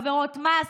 עבירות מס,